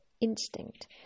instinct